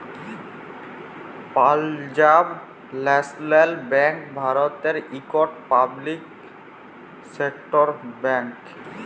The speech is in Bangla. পালজাব ল্যাশলাল ব্যাংক ভারতের ইকট পাবলিক সেক্টর ব্যাংক